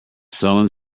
sullen